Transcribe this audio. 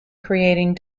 creating